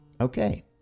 Okay